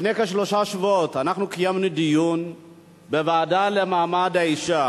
לפני כשלושה שבועות אנחנו קיימנו דיון בוועדה למעמד האשה.